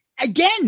again